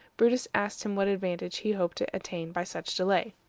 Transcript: brutus asked him what advantage he hoped to attain by such delay.